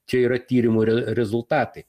čia yra tyrimų re rezultatai